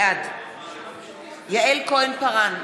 בעד יעל כהן-פארן,